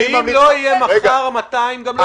ואם מחר לא יהיו 200, גם מחר לא יהיו איכונים.